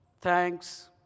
thanks